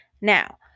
now